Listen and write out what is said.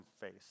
face